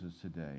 today